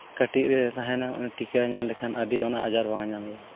ᱠᱟᱹᱴᱤᱡ ᱨᱮ ᱛᱟᱦᱮᱱᱟ ᱩᱱᱤ ᱴᱤᱠᱟᱭ ᱧᱟᱢ ᱞᱮᱠᱷᱟᱱ ᱟᱹᱰᱤ ᱚᱱᱟ ᱟᱡᱟᱨ ᱵᱟᱝ ᱧᱟᱢᱮᱭᱟ